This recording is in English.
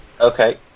Okay